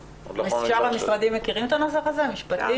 שאר המשרדים מכירים את הנוסח הזה, המשפטים?